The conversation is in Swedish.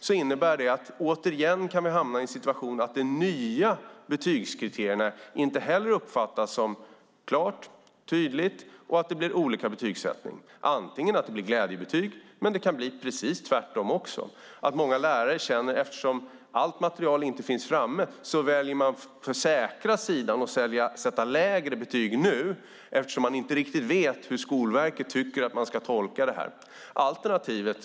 Det innebär att vi återigen kan hamna i en situation där de nya betygskriterierna inte heller uppfattas som klara och tydliga och att det blir olika betygssättning. Antingen kan det bli glädjebetyg eller också precis tvärtom. Eftersom allt material inte finns framme väljer man den säkra sidan och sätter lägre betyg nu eftersom man inte riktigt vet hur Skolverket tycker att man ska tolka detta.